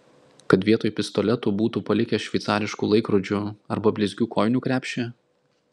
kad vietoj pistoletų būtų palikę šveicariškų laikrodžių arba blizgių kojinių krepšį